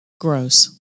Gross